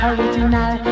Original